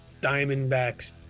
Diamondbacks